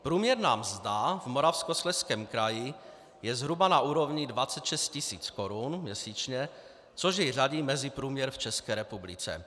Průměrná mzda v Moravskoslezském kraji je zhruba na úrovni 26 tis. korun měsíčně, což jej řadí mezi průměr v České republice.